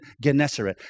Gennesaret